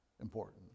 important